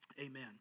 Amen